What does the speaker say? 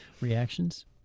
reactions